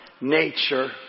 nature